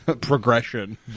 progression